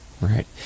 Right